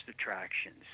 attractions